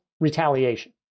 retaliation